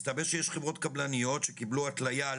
מסתבר שיש חברות קבלניות שקבלו התליה על